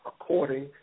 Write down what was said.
according